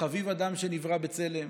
חביב אדם שנברא בצלם.